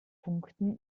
punkten